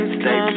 stay